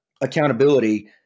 accountability